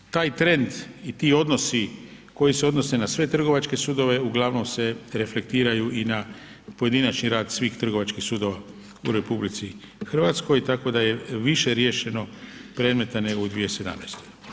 Taj trend i ti odnosi koji se odnose na sve trgovačke sudove uglavnom se reflektiraju i na pojedinačni rad svih trgovačkih sudova u RH, tako da je više riješeno predmeta nego u 2017.